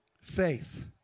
faith